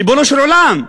ריבונו של עולם,